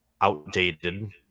outdated